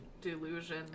delusion